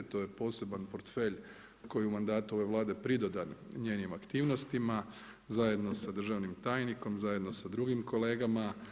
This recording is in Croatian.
To je poseban portfelj koji je u mandatu ove Vlade pridodan njenim aktivnostima, zajedno sa državnim tajnikom, zajedno sa drugim kolegama.